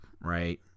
right